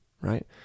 right